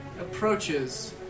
approaches